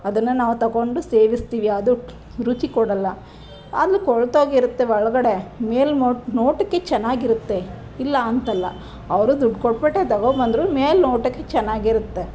ಅದನ್ನು ನಾವು ತಗೊಂಡು ಸೇವಿಸ್ತೀವಿ ಅದು ರುಚಿ ಕೊಡೋಲ್ಲ ಅದು ಕೊಳೆತೋಗಿರ್ತವೆ ಒಳಗಡೆ ಮೇಲೆ ನೋಟಕ್ಕೆ ಚೆನ್ನಾಗಿರುತ್ತೆ ಇಲ್ಲ ಅಂತಲ್ಲ ಅವರು ದುಡ್ಡು ಕೊಟ್ಬಿಟ್ಟೆ ತಗೊಂಡ್ಬಂದ್ರು ಮೇಲೆ ನೋಟಕ್ಕೆ ಚೆನ್ನಾಗಿರುತ್ತೆ